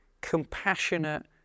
compassionate